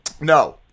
No